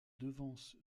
devance